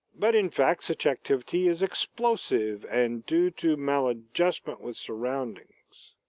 but in fact such activity is explosive, and due to maladjustment with surroundings.